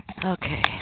Okay